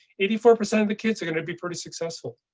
eighty four percent of the kids are going to be pretty successful.